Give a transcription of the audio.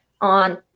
on